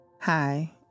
Hi